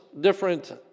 different